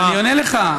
אני עונה לך.